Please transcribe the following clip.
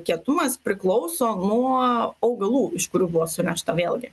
kietumas priklauso nuo augalų iš kurių buvo sunešta vėlgi